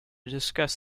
discuss